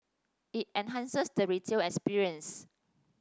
it enhances the retail experience